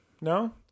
No